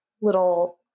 little